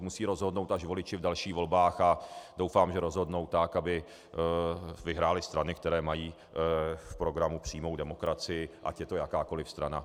Musí rozhodnout až voliči v dalších volbách a doufám, že rozhodnou tak, aby vyhrály strany, které mají v programu přímou demokracii, ať je to jakákoli strana.